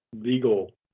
legal